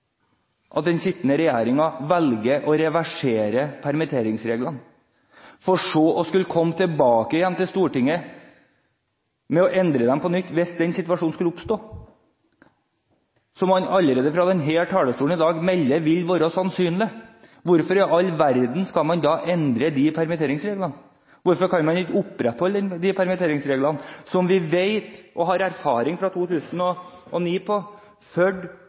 at den sittende regjeringen velger å reversere permitteringsreglene, for så å skulle komme tilbake igjen til Stortinget for å endre dem på nytt, hvis den situasjonen skulle oppstå, noe man allerede i dag fra denne talerstolen melder vil være sannsynlig. Hvorfor i all verden skal man endre permitteringsreglene? Hvorfor kan man ikke opprettholde disse permitteringsreglene, som vi vet og har erfaring med – fra 2009